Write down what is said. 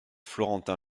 florentin